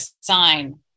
sign